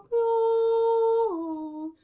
o